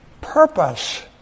purpose